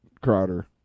Crowder